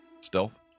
Stealth